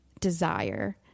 desire